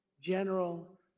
general